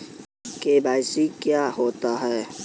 KYC क्या होता है?